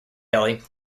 hilly